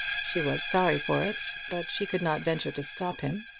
she was sorry for it, but she could not venture to stop him.